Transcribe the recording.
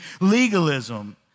legalism